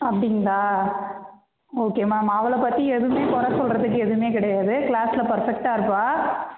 அப்படிங்களா okay ma'am அவளை பற்றி எதுவுமே குற சொல்லுறதுக்கு எதுவுமே கிடையாது க்ளாஸில பர்ஃபெக்ட்டாக இருப்பா